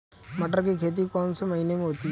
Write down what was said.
मटर की खेती कौन से महीने में होती है?